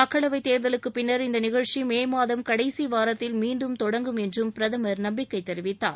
மக்களவைத் தேர்தலுக்கு பின்னர் இந்த நிகழ்ச்சி மே மாதம் களடசி வாரத்தில் மீண்டும் தொடங்கும் என்றும் பிரதமர் நம்பிக்கைத் தெரிவித்தார்